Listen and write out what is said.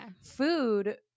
Food